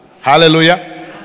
Hallelujah